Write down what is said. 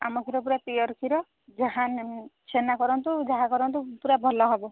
ଆମ କ୍ଷୀର ପୁରା ପିଓର୍ କ୍ଷୀର ଯାହା ଛେନା କରନ୍ତୁ ଯାହା କରନ୍ତୁ ପୁରା ଭଲ ହେବ